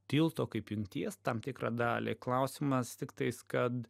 tilto kaip jungties tam tikrą dalį klausimas tiktais kad